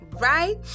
Right